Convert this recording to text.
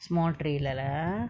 small tray lah lah